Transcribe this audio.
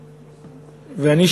ואני,